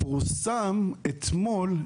פורסם אתמול,